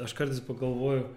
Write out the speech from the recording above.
aš kartais pagalvoju